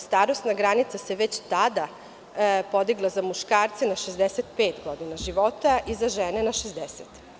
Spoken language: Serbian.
Starosna granica se već tada podigla za muškarce za 65 godina života i za žene na 60.